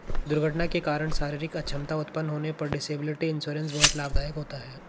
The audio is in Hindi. दुर्घटना के कारण शारीरिक अक्षमता उत्पन्न होने पर डिसेबिलिटी इंश्योरेंस बहुत लाभदायक होता है